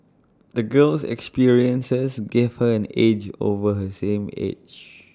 the girl's experiences gave her an edge over her same age